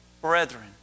brethren